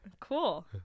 Cool